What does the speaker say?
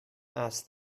asked